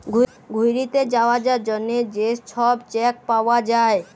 ঘ্যুইরতে যাউয়ার জ্যনহে যে ছব চ্যাক পাউয়া যায়